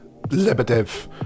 Lebedev